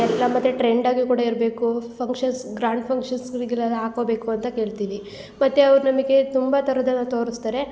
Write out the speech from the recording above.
ಎಲ್ಲ ಮತ್ತು ಟ್ರೆಂಡ್ ಆಗಿ ಕೂಡ ಇರಬೇಕು ಫಂಕ್ಷನ್ಸ್ ಗ್ರ್ಯಾಂಡ್ ಫಂಕ್ಷನ್ಸ್ಗಳಿಗೆಲ್ಲ ಹಾಕೊಬೇಕು ಅಂತ ಕೇಳ್ತೀವಿ ಮತ್ತು ಅವ್ರು ನಮಗೆ ತುಂಬ ಥರದನ್ನ ತೋರಿಸ್ತಾರೆ